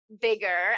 bigger